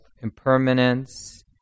impermanence